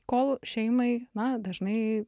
kol šeimai na dažnai